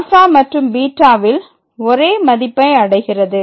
∝ மற்றும் βவில் ஒரே மதிப்பை அடைகிறது